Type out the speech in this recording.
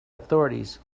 authorities